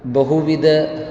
बहुविधानि